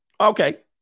Okay